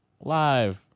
live